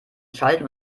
schalten